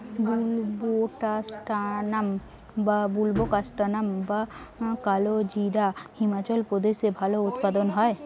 বুলবোকাস্ট্যানাম বা কালোজিরা হিমাচল প্রদেশে ভালো উৎপাদন হয়